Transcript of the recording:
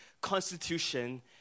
constitution